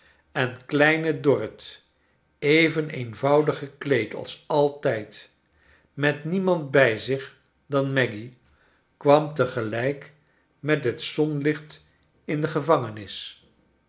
en kleine dorrit even eenvoudig gekleed als altijd met niemand bij zich dan maggy kwam te gelijk met het zonlicht in de gevangenis